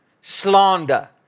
slander